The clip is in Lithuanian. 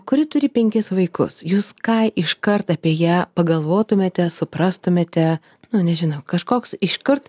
kuri turi penkis vaikus jūs ką iškart apie ją pagalvotumėte suprastumėte nu nežinau kažkoks iškart